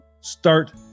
start